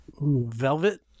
Velvet